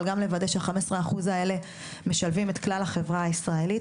אבל גם לוודא שהחמש עשרה אחוז האלה משלבים את כלל החברה הישראלית.